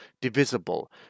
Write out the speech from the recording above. divisible